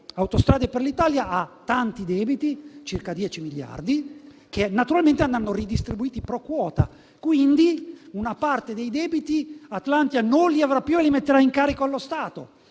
Autostrade per l'Italia ha tanti debiti (circa 10 miliardi di euro), che naturalmente andranno ridistribuiti *pro quota*; quindi una parte dei debiti Atlantia non li avrà più e li metterà in carico allo Stato.